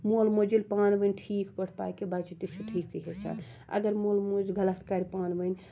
مول موج ییٚلہِ پانہٕ ؤنۍ ٹھیٖک پٲٹھۍ پَکہِ بَچہِ تہِ چھُ ٹھیٖکھٕے ہیٚچھان اَگَر مول موج غَلَط کَرِ پانہٕ ؤنۍ